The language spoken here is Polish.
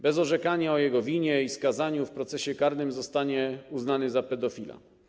Bez orzekania o jego winie i skazaniu go w procesie karnym zostanie uznany za pedofila.